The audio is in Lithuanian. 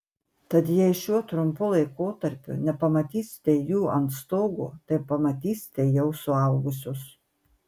tad jei šiuo trumpu laikotarpiu nepamatysite jų ant stogo tai pamatysite jau suaugusius